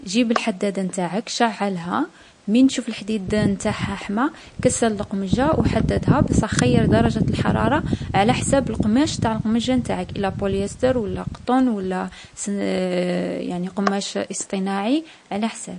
جيب الحدّادة نتاعك، شعّلها. من تشوف الحديد نتاعها حمى، كسّل لقمجّة و حدّدها بصح خيّر درجة لاحرارة على حساب القماش تاع لقمجة نتاعك: إلا بوليستر و لا قطن و لا سنـ يعني قماش اصطناعي، على حساب.